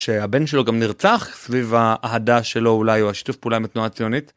שהבן שלו גם נרצח סביב האהדה שלו אולי או השיתוף פעולה עם התנועה הציונית.